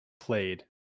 Played